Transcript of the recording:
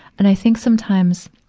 and i think, sometimes,